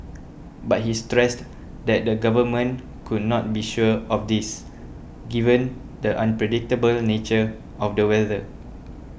but he stressed that the Government could not be sure of this given the unpredictable nature of the weather